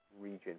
region